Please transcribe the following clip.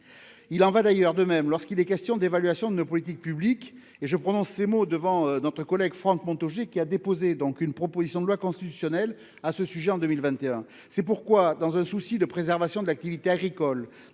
Il en va d'ailleurs de même lorsqu'il est question d'évaluation de nos politiques publiques- j'en prends pour témoin notre collègue Franck Montaugé, qui a déposé une proposition de loi constitutionnelle relative à ce sujet en 2021. C'est pourquoi, dans un souci de préservation de l'activité agricole,